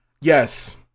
yes